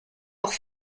auch